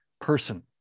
person